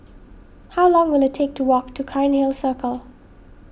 how long will it take to walk to Cairnhill Circle